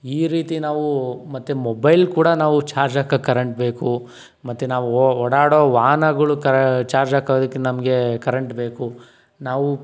ಈ ರೀತಿ ನಾವು ಮತ್ತು ಮೊಬೈಲ್ ಕೂಡ ನಾವು ಚಾರ್ಜ್ ಹಾಕಕ್ಕೆ ಕರೆಂಟ್ ಬೇಕು ಮತ್ತು ನಾವು ಓಡಾಡೋ ವಾಹನಗಳು ಕ ಚಾರ್ಜ್ ಹಾಕೋದಿಕ್ಕೆ ನಮಗೆ ಕರೆಂಟ್ ಬೇಕು ನಾವು